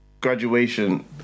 graduation